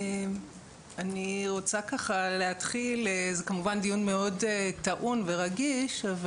כמובן שזה דיון מאוד טעון ורגיש.